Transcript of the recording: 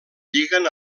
lliguen